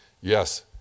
yes